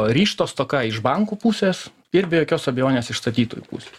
ryžto stoka iš bankų pusės ir be jokios abejonės iš statytojų pusės